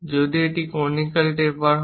যদি এটি conical taper হয়